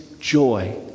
joy